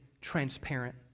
transparent